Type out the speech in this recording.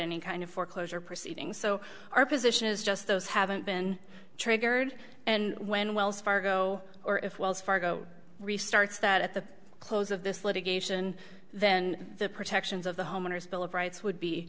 any kind of foreclosure proceedings so our position is just those haven't been triggered and when wells fargo or if wells fargo restarts that at the close of this litigation then the protections of the homeowners bill of rights would be